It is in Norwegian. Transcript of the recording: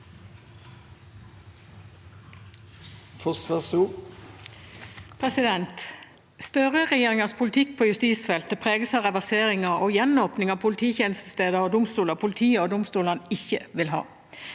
Foss (H) Støre-regjeringens poli- tikk på justisfeltet preges av reverseringer og gjenåpning av polititjenestesteder og domstoler politiet og domstolene ikke vil ha.